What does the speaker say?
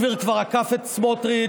בן גביר כבר עקף את סמוטריץ',